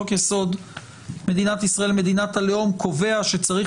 חוק-יסוד: ישראל מדינת הלאום קובע שצריך